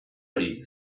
hori